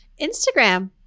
Instagram